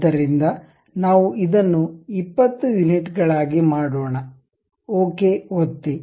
ಆದ್ದರಿಂದ ನಾವು ಇದನ್ನು 20 ಯೂನಿಟ್ ಗಳಾಗಿ ಮಾಡೋಣ ಓಕೆ ಒತ್ತಿ